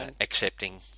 accepting